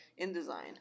InDesign